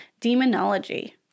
demonology